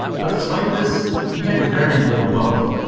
but despite this he had very little wealth.